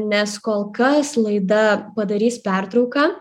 nes kol kas laida padarys pertrauką